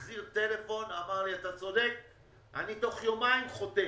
התקשר אליי ואמר: תוך יומיים אני חותם.